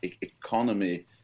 economy